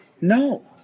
No